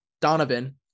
Donovan